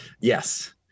yes